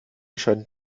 scheint